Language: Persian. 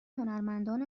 هنرمندان